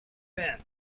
then